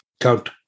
Count